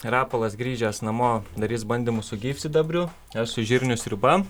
rapolas grįžęs namo darys bandymus su gyvsidabriu aš su žirnių sriuba